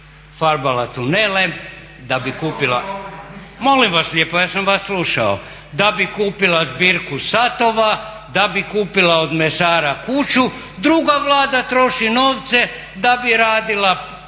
kupila …/Upadica se ne čuje./… molim vas lijepo ja sam vas slušao, da bi kupila zbirku satova, da bi kupila od mesara kuću, druga Vlada troši novce da bi radila